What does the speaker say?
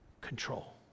control